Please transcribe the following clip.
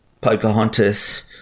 Pocahontas